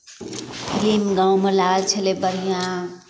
film गाँवमे लागल छलै बढ़िआँ